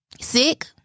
sick